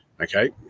okay